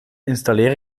installeer